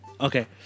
Okay